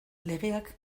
legeak